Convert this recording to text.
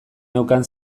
neukan